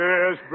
Yes